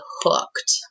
hooked